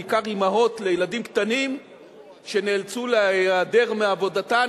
בעיקר אמהות לילדים קטנים שנאלצו להיעדר מעבודתן,